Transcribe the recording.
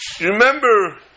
remember